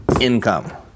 income